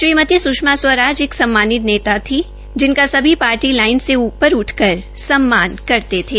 श्रीमती सूषमा स्वराज एक सम्मानित नेता थी जिनका सभी पार्टी लाइन से ऊपर उठकर उनका दिल से सम्मान करते थे